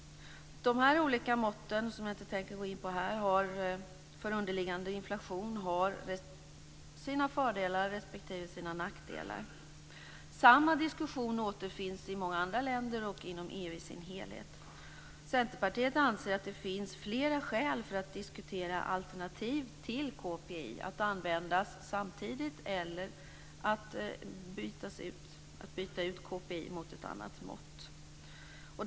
De olika måtten, som jag inte tänker gå in på här, för underliggande inflation har sina fördelar respektive nackdelar. Samma diskussion återfinns i många andra länder och inom EU i dess helhet. Centerpartiet anser att det finns flera skäl att diskutera alternativ till KPI att användas samtidigt eller att byta ut KPI mot ett annat mått.